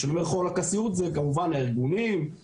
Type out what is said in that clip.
כשאני אומר חוק הסיעוד, זה כמובן הארגונים, רווחה,